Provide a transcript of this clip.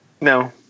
No